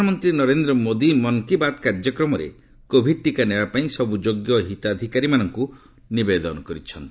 ପ୍ରଧାନମନ୍ତ୍ରୀ ନରେନ୍ଦ୍ର ମୋଦୀ ମନ୍ କୀ ବାତ୍ କାର୍ଯ୍ୟକ୍ରମରେ କୋଭିଡ୍ ଟିକା ନେବା ପାଇଁ ସବ୍ ଯୋଗ୍ୟ ହିତାଧିକାରୀମାନଙ୍କୁ ନିବେଦନ କରିଚ୍ଛନ୍ତି